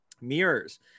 Mirrors